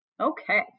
Okay